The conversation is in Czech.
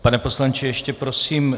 Pane poslanče, ještě prosím.